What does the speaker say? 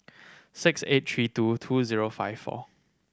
six eight three two two zero five four